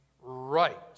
right